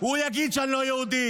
הוא יגיד שאני לא יהודי.